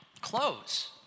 clothes